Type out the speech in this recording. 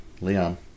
Leon